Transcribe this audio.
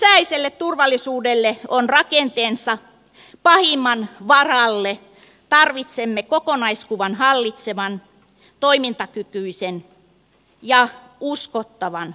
sisäiselle turvallisuudelle on rakenteensa pahimman varalle tarvitsemme kokonaiskuvan hallitsevan toimintakykyisen ja uskottavan puolustusratkaisun